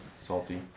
Salty